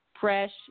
fresh